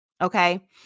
Okay